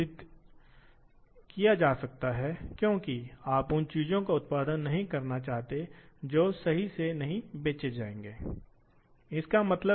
एक इकाई भी होगी इसलिए जो एक्सपोज़र हैं उनका आमतौर पर उल्लेख किया जाएगा जो आमतौर पर एक बुनियादी लंबाई इकाई के रूप में जाना जाता है